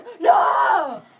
no